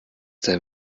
der